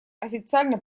официально